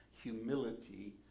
humility